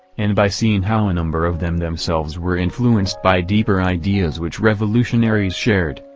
and by seeing how a number of them themselves were influenced by deeper ideas which revolutionaries shared,